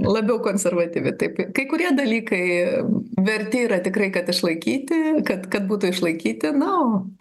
labiau konservatyvi taip kai kurie dalykai verti yra tikrai kad išlaikyti kad kad būtų išlaikyti na o